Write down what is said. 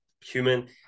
human